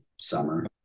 summer